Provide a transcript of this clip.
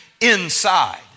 inside